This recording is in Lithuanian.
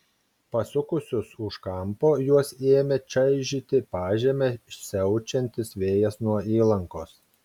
pasukusius už kampo juos ėmė čaižyti pažeme siaučiantis vėjas nuo įlankos